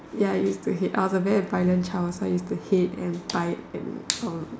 ya use to it I was a very violent child so I use to hit and bite and